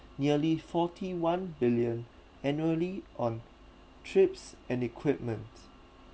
nearly forty one billion annually on trips and equipment